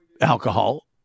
alcohol